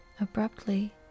abruptly